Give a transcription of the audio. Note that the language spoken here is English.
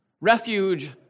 refuge